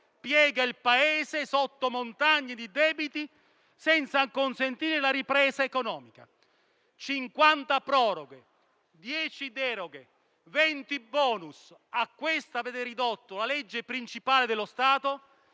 piega il Paese sotto montagne di debiti senza consentire la ripresa economica: 50 proroghe, 10 deroghe, 20 *bonus,* a questo avete ridotto la legge principale dello Stato,